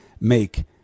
make